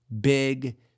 big